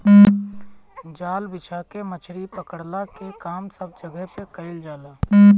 जाल बिछा के मछरी पकड़ला के काम सब जगह पे कईल जाला